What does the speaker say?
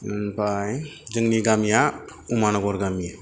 ओमफाय जोंनि गामिया उमानघर गामि